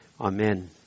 amen